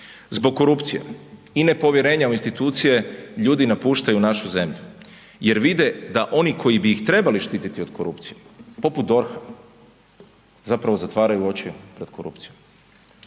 Zbog korupcije i nepovjerenja u institucije, ljudi napuštaju našu zemlju jer vide da oni koji bi ih trebali štititi od korupcije poput DORH-a, zapravo zatvaraju oči pred korupcijom.